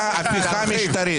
כשצריך אותו?